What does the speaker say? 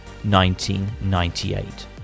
1998